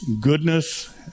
goodness